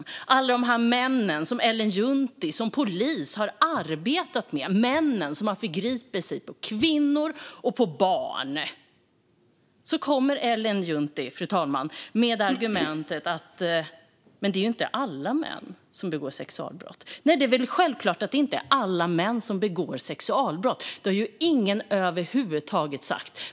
De är alla de män som Ellen Juntti som polis har arbetat med. Det är männen som har förgripit sig på kvinnor och barn. Fru talman! Ellen Juntti kommer med argumentet: Det är inte alla män som begår sexualbrott. Nej, det är väl självklart att det inte är alla män som begår sexualbrott. Det har ingen över huvud taget sagt.